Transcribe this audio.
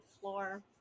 floor